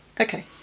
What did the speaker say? Okay